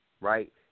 right